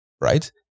right